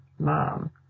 mom